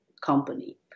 company